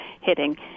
hitting